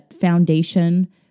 foundation